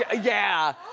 ah yeah,